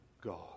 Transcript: God